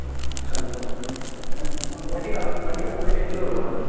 hello political political आह्ले teacher होर बोला दे